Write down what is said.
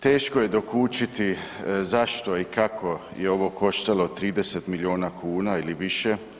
Teško je dokučiti zašto i kako je ovo koštalo 30 milijuna kuna ili više.